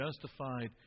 justified